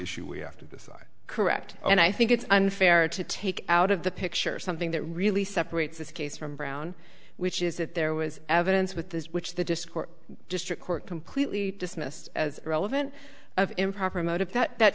issue we have to decide correct and i think it's unfair to take out of the picture something that really separates this case from brown which is that there was evidence with this which the discourse district court completely dismissed as irrelevant of improper motives that